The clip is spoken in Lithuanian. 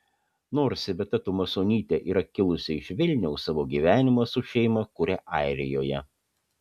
nors iveta tumasonytė yra kilusi iš vilniaus savo gyvenimą su šeima kuria airijoje